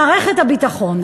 מערכת הביטחון.